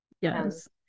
Yes